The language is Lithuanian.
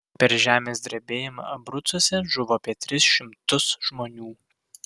per žemės drebėjimą abrucuose žuvo apie tris šimtus žmonių